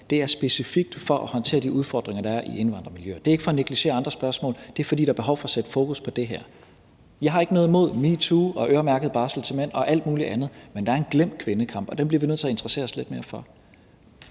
det er specifikt for at håndtere de udfordringer, der er i indvandrermiljøer. Det er ikke for at negligere andre spørgsmål. Det er, fordi der er behov for at sætte fokus på det her. Jeg har ikke noget mod metoo og øremærket barsel til mænd og alt muligt andet, men der er en glemt kvindekamp, og den bliver vi nødt til at interessere os lidt mere for.